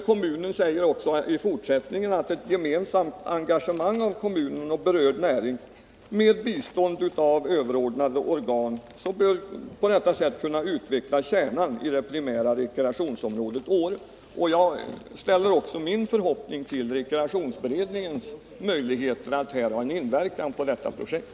Kommunen säger också: ”Ett gemensamt engagemang av kommunen och berörd näring med benäget bistånd av överordnade organ bör på detta sätt kunna utveckla kärnan i det primära rekreationsområdet Åre.” Jag ställer också min förhoppning till rekreationsberedningens möjligheter att ha en inverkan på detta projekt.